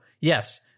yes